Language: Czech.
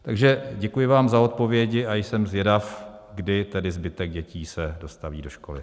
Takže děkuji vám za odpovědi a jsem zvědav, kdy se zbytek dětí dostaví do školy.